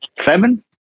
seven